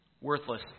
Worthless